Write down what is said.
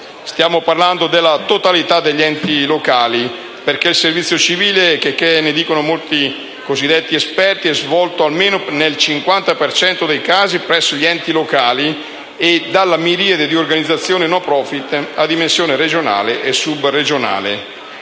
Stiamo parlando della totalità degli enti locali, perché il servizio civile, checché ne dicano molti cosiddetti esperti, è svolto almeno nel 50 per cento dei casi presso gli enti locali e dalla miriade di organizzazioni *no profit* a dimensione regionale e subregionale.